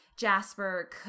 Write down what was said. Jasper